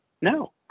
no